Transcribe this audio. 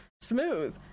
smooth